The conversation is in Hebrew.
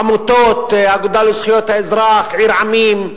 עמותות, האגודה לזכויות האזרח, "עיר עמים",